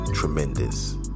Tremendous